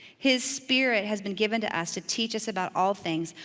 his spirit has been given to us to teach us about all things.